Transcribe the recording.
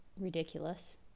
ridiculous